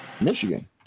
Michigan